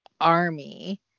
ARMY